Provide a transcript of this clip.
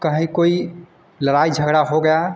कहीं कोई लड़ाई झगड़ा हो गया